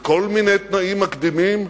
וזה כל מיני תנאים מקדימים